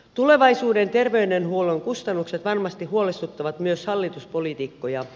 tulevaisuuden terveydenhuollon kustannukset varmasti huolestuttavat myös hallituspoliitikkoja